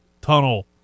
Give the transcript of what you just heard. tunnel